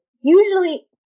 usually